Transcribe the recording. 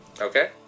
Okay